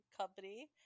company